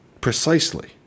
precisely